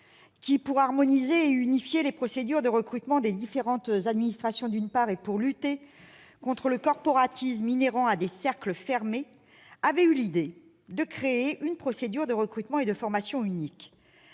qui, pour harmoniser et unifier les procédures de recrutement des différentes administrations, d'une part, et pour lutter contre le corporatisme inhérent à des cercles fermés, d'autre part, avaient eu l'idée de créer une procédure de recrutement et de formation unique.